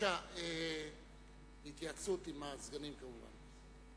בהתייעצות עם הסגנים, כמובן.